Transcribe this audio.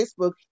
Facebook